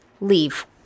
leave